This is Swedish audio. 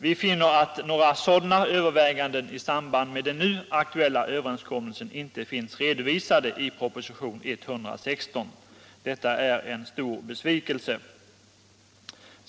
Vi finner att några sådana överväganden i samband med den nu aktuella överenskommelsen inte finns redovisade i propositionen 116. Detta är en stor besvikelse.